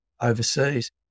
overseas